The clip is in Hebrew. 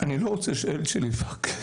אני לא רוצה שהילד שלי יפרכס.